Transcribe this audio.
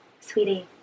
Sweetie